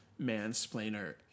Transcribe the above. mansplainer